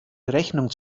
rechnung